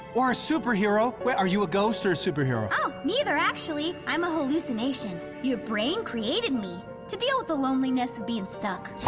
or a superhero. wait. are you a ghost or a superhero? oh, neither. actually, i'm a hallucination. your brain created me to deal with the loneliness of stuck.